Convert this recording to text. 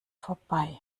vorbei